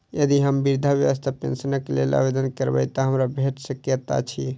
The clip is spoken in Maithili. यदि हम वृद्धावस्था पेंशनक लेल आवेदन करबै तऽ हमरा भेट सकैत अछि?